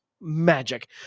magic